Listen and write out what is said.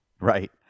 Right